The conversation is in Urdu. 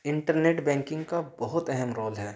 انٹر نیٹ بیکنگ کا بہت اہم رول ہے